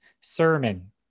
sermon